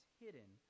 hidden